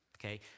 Okay